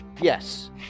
yes